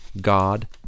God